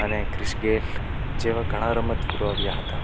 અને Chris Gayle જેવાં ઘણાં રમતવીરો આવ્યાં હતાં